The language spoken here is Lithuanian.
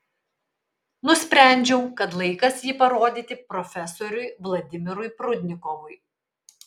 nusprendžiau kad laikas jį parodyti profesoriui vladimirui prudnikovui